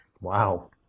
Wow